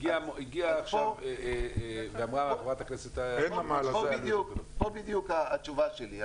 הגיעה עכשיו ואמרה חברת הכנסת --- פה בדיוק התשובה שלי.